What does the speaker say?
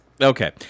okay